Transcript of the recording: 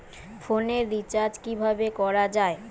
ফোনের রিচার্জ কিভাবে করা যায়?